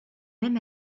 même